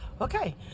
Okay